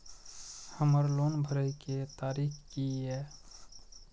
हमर लोन भरय के तारीख की ये?